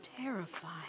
terrified